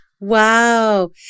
wow